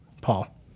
Paul